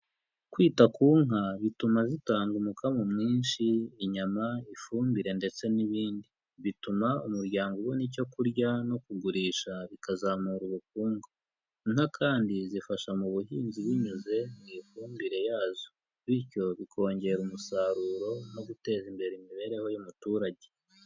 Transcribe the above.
Kwita ku nka bituma zitanga umukamo mwinshi, inyama, ifumbire ndetse n'ibindi. Bituma umuryango ubona icyo kurya no kugurisha bikazamura ubukungu. Inka kandi zifasha mu buhinzi binyuze mu ifumbire yazo, bityo bikongera umusaruro no guteza imbere imibereho y'umuturage.